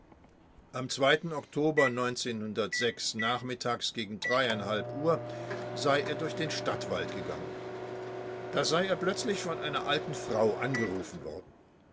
am oktober nachmittags gegen uhr sei er durch den stadtwald gegangen da sei er plötzlich von einer alten frau angerufen worden